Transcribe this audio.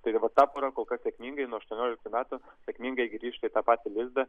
tai va ta pora kol kas sėkmingai nuo aštuonioliktų metų sėkmingai grįžta į tą patį lizdą